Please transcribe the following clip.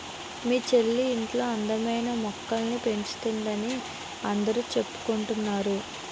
మీ చెల్లి ఇంట్లో అందమైన మొక్కల్ని పెంచుతోందని అందరూ చెప్పుకుంటున్నారు